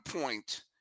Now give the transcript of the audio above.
point